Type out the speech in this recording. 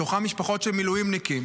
בתוכן משפחות של מילואימניקים,